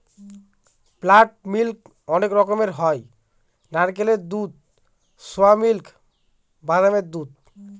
plant milk অনেক রকমের হয় নারকেলের দুধ, সোয়া মিল্ক, বাদামের দুধ